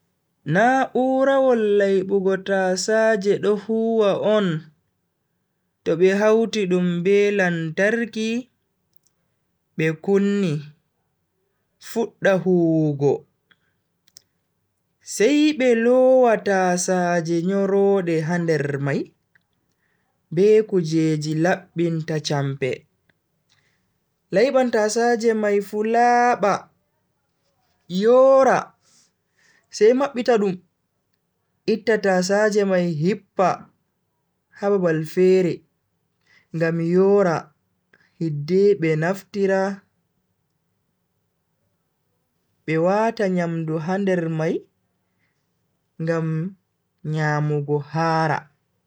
Na'urawol laibugo tasaje do huwa on to be hauti dum be lantarki be kunni fudda huwugo, sai be lowa tasaaje nyoroode ha nder mai be kujeji labbinta champe, laiban tasaaje mai fu laaba, yoora, sai mabbita dum itta tasaaje mai hippa ha babal fere ngam yora hidde be naftira be wata nyamdu ha nder mai ngam nyamugo haara.